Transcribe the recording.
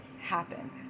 happen